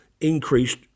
increased